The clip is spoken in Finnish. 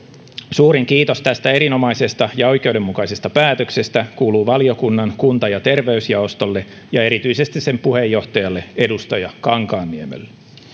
suurin kiitos tästä erinomaisesta ja oikeudenmukaisesta päätöksestä kuuluu valiokunnan kunta ja terveysjaostolle ja erityisesti sen puheenjohtajalle edustaja kankaanniemelle